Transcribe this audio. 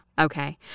okay